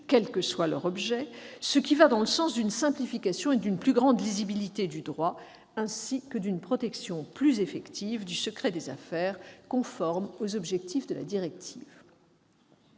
quel que soit leur objet, ce qui va dans le sens d'une simplification et d'une plus grande lisibilité du droit ainsi que d'une protection plus effective du secret des affaires conforme aux objectifs de la directive